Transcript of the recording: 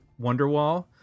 wonderwall